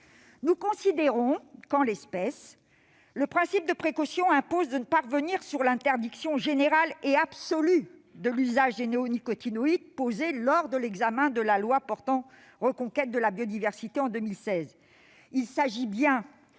nous considérons que le principe de précaution impose de ne pas revenir sur l'interdiction générale et absolue de l'usage des néonicotinoïdes posée lors de l'examen de la loi portant reconquête de la biodiversité en 2016.